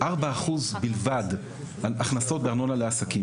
4% בלבד הכנסות מארנונה לעסקים,